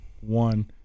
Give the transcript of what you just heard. one